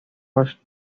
first